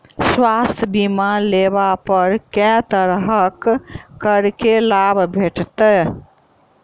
स्वास्थ्य बीमा लेबा पर केँ तरहक करके लाभ भेटत?